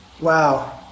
Wow